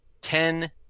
ten